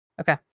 Okay